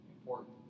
important